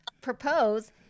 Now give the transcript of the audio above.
propose